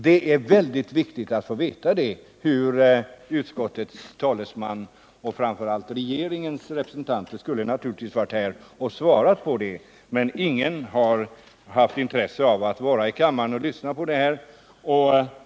Det är väldigt viktigt att få veta hur utskottets talesman ser på detta. Företrädare för regeringen borde naturligtvis ha varit här och svarat på det, men ingen i regeringen har haft intresse av att vara med i kammaren och lyssna på debatten och än mindre att delta i den.